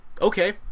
okay